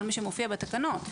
כל מי שמופיע בתקנות.